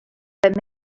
but